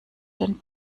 den